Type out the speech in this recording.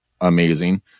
amazing